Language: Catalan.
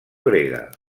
grega